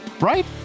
right